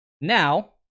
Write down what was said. Now